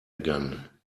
again